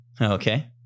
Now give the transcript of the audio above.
Okay